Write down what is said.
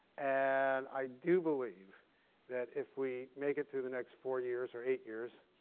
and i do believe that if we make it to the next four years or eight years,